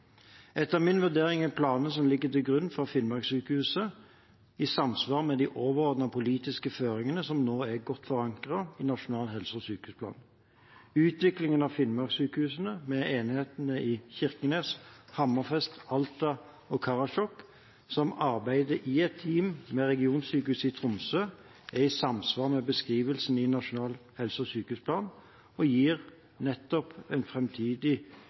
Etter min vurdering er planene som ligger til grunn for Finnmarkssykehuset i samsvar med de overordnede politiske føringene som nå er godt forankret i Nasjonal helse- og sykehusplan. Utviklingen av Finnmarkssykehuset med enhetene i Kirkenes, Hammerfest, Alta og Karasjok, som arbeider i et team med regionsykehuset i Tromsø, er i samsvar med beskrivelsen i Nasjonal helse- og sykehusplan og gir nettopp en